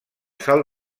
salt